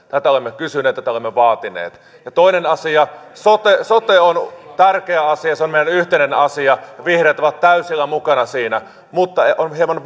tätä olemme kysyneet tätä olemme vaatineet toinen asia sote sote on tärkeä asia se on meidän yhteinen asia ja vihreät ovat täysillä mukana siinä mutta on hieman